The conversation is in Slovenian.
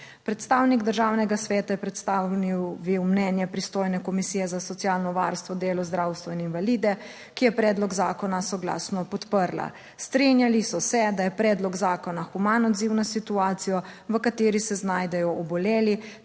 Predstavnik Državnega sveta je predstavil mnenje pristojne Komisije za socialno varstvo, delo, zdravstvo in invalide, ki je predlog zakona soglasno podprla. Strinjali so se, da je predlog zakona human odziv na situacijo, v kateri se znajdejo oboleli